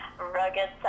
rugged